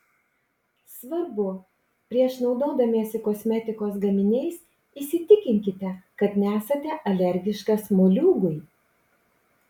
svarbu prieš naudodamiesi kosmetikos gaminiais įsitikinkite kad nesate alergiškas moliūgui